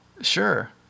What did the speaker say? Sure